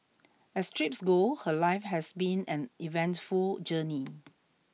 as trips go her life has been an eventful journey